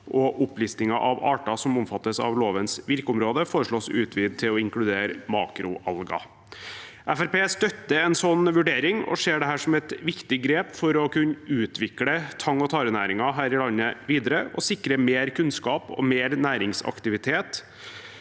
Opplisting av arter som omfattes av lovens virkeområde, foreslås utvidet til å inkludere makroalger. Fremskrittspartiet støtter en sånn vurdering og ser på det som et viktig grep for å kunne utvikle tang- og tarenæringen i landet videre og sikre mer kunnskap og mer næringsaktivitet